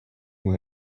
who